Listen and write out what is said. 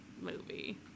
movie